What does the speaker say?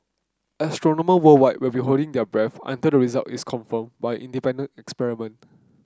Astronomer worldwide will be holding their breath until the result is confirmed by an independent experiment